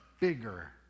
bigger